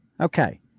Okay